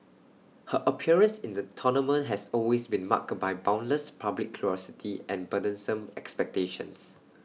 her appearance in the tournament has always been marked by boundless public curiosity and burdensome expectations